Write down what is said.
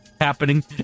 happening